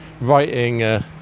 writing